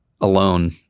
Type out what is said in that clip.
alone